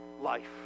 life